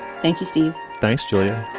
thank you, steve. thanks, julia.